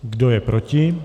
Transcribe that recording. Kdo je proti?